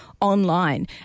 online